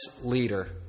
leader